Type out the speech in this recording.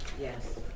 Yes